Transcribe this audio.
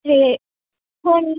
ਅਤੇ ਹੁਣ